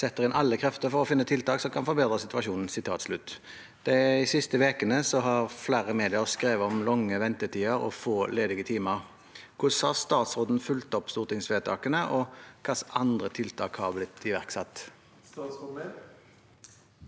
setter inn alle krefter for å finne tiltak som kan forbedre situasjonen”. De siste ukene har flere medier skrevet om lange ventetider og få ledige timer. Hvordan har statsråden fulgt opp stortingsvedtakene, og hvilke andre tiltak har blitt iverksatt?» Statsråd